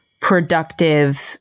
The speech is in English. productive